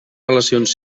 relacions